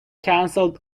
cancelled